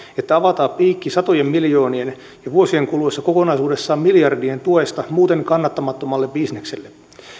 että avataan piikki satojen miljoonien ja vuosien kuluessa kokonaisuudessaan miljardien tuesta muuten kannattamattomalle bisnekselle